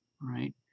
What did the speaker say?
right